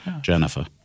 Jennifer